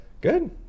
Good